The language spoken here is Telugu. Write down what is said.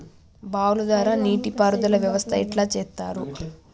బావుల ద్వారా నీటి పారుదల వ్యవస్థ ఎట్లా చేత్తరు?